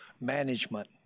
management